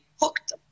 hooked